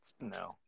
No